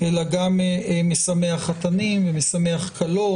אלא גם "משמח חתנים" ו"משמח כלות",